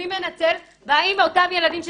מי מנצל והאם אותם ילדים שצריכים,